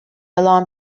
alarm